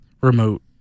remote